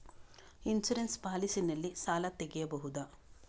Insurance policy ನಲ್ಲಿ ಸಾಲ ತೆಗೆಯಬಹುದ?